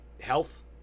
health